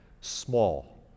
Small